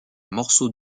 morceau